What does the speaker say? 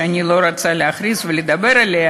שאני לא רוצה להכריז ולדבר עליה,